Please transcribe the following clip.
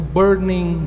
burning